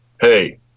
hey